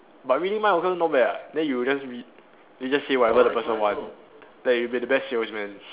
but reading mind also not bad [what] then you just read then you just say whatever the person want like you'll be the best salesman